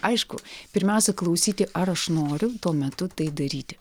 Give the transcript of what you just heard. aišku pirmiausia klausyti ar aš noriu tuo metu tai daryti